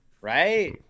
right